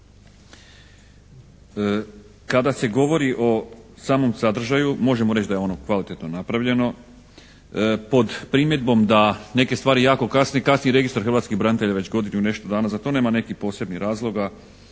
Kada se govori o samom sadržaju možemo reći da je ono kvalitetno napravljeno pod primjedbom da neke stvari jako kasne. Kasni registar hrvatskih branitelja već godinu i nešto dana, za to nema posebnih razloga.